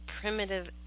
Primitive